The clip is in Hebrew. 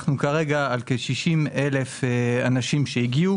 כרגע אנחנו על כ-60,000 אנשים שהגיעו